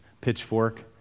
pitchfork